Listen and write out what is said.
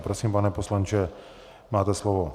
Prosím, pane poslanče, máte slovo.